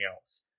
else